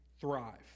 thrive